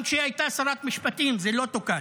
גם כשהיא הייתה שרת המשפטים זה לא תוקן,